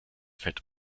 fett